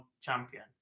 champion